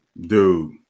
Dude